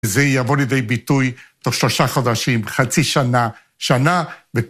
וזה יבוא לידי ביטוי תוך שלושה חודשים, חצי שנה, שנה